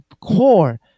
core